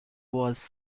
was